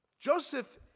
Joseph